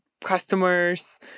customers